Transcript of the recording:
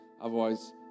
Otherwise